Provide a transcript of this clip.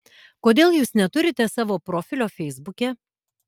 kodėl jūs neturite savo profilio feisbuke